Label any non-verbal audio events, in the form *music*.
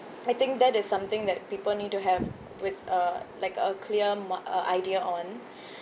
I think that is something that people need to have with uh like a clear mi~ uh idea on *breath*